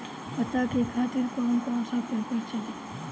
पता के खातिर कौन कौन सा पेपर चली?